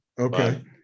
Okay